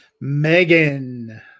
Megan